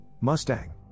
Mustang